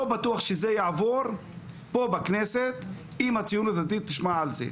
בטוח שזה יעבור פה בכנסת אם הציונות הדתית תשמע על זה.